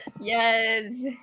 Yes